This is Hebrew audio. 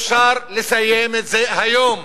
אפשר לסיים את זה היום,